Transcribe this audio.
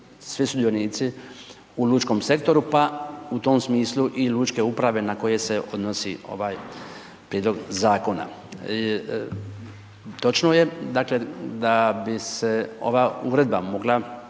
svi sudionici u lučkom sektoru, pa i u tom smislu i lučke uprave, ne koji se odnosi ovaj prijedlog Zakona. Točno je da bi se ova uredba mogla